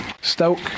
Stoke